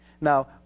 Now